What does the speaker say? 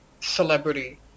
celebrity